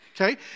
okay